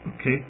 Okay